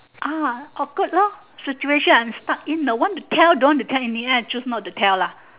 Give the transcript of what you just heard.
ah awkward lor situation I'm stuck in I want to tell don't want to tell in the end I choose not to tell lah